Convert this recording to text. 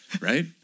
right